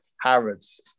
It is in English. Harrods